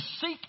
seek